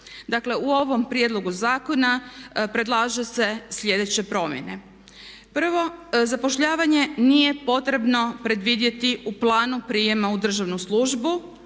Dakle u ovom prijedlogu zakona predlaže se sljedeće promjene. Prvo, zapošljavanje nije potrebno predvidjeti u planu prijema u državnu službu